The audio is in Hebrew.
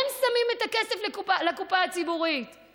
הם שמים את הכסף בקופה הציבורית,